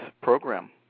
program